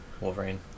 Wolverine